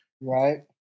Right